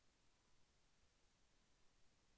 వాణిజ్య డైరీలను నడిపే డైరీని ఎలా ఎంచుకోవాలి?